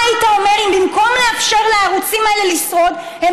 מה היית אומר אם במקום לאפשר לערוצים האלה לשרוד הם